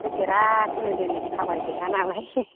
फैफेरा खुनु दिन थाबायफेरा नालाय